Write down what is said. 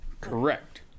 correct